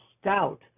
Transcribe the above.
stout